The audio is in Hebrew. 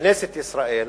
וכנסת ישראל